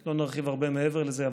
לא נרחיב הרבה מעבר לזה,